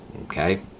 okay